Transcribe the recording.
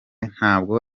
ntabwo